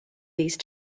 these